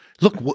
Look